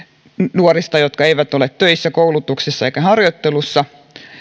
nuorista jotka eivät ole töissä koulutuksessa eivätkä harjoittelussa